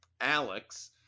Alex